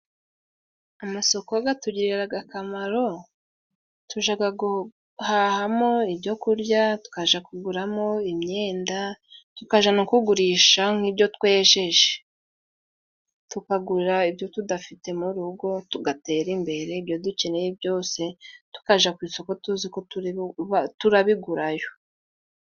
Amasoko gatugiriraga akamaro, tujaga guhaha mo ibyo kurya, tukaja kugura mo imyenda, tukaja no kugurisha nk'ibyo twejeje .Tukagura ibyo tudafite mu rugo, tugatera imbere, ibyo dukeneye byose tukaja ku isoko tuzi ko turi turabigura yo.